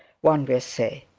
one will say.